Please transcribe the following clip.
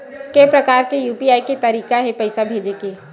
के प्रकार के यू.पी.आई के तरीका हे पईसा भेजे के?